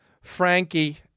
Frankie